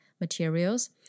materials